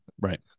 right